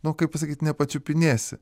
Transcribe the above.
nu kaip pasakyt nepačiupinėsi